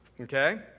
okay